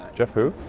jeff who?